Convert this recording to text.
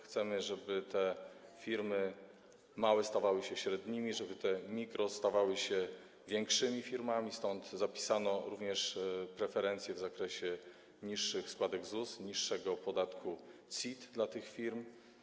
Chcemy, żeby te małe firmy stawały się firmami średnimi, żeby firmy mikro stawały się większymi firmami, stąd zapisano również preferencje w zakresie niższych składek ZUS, niższego podatku CIT dla tych firm.